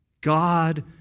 God